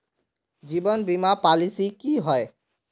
जीवन बीमा पॉलिसी की होय?